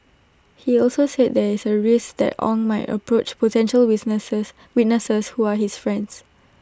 he also said there is A risk that Ong might approach potential witnesses who are his friends